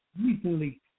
recently